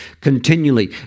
Continually